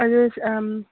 ꯑꯗꯨ